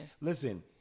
listen